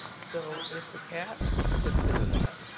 so if the cat fits into that,